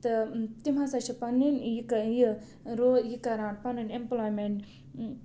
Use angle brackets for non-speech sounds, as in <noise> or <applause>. تہٕ تِم ہَسا چھِ پَنٕنۍ یہِ کہٕ یہِ <unintelligible> یہِ کَران پَنٕنۍ اٮ۪مپٕلایمٮ۪نٛٹ